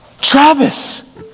Travis